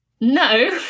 No